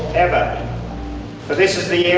ever, for this is the